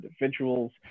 individuals